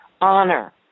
honor